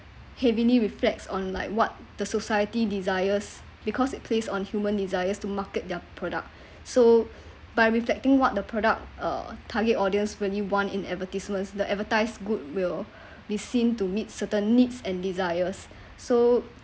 heavily reflects on like what the society desires because it place on human desires to market their product so by reflecting what the product uh target audience when you want in advertisements the advertised good will be seen to meet certain needs and desires so